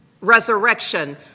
resurrection